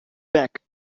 back